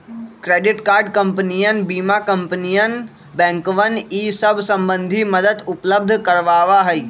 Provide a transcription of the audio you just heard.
credit card कंपनियन बीमा कंपनियन बैंकवन ई सब संबंधी मदद उपलब्ध करवावा हई